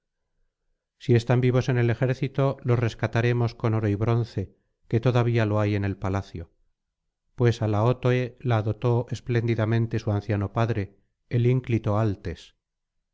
si están vivos en el ejército los rescataremos con oro y bronce que todavía lo hay en el palacio pues á laótoe la dotó espléndidamente su anciano padre el ínclito altes